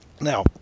now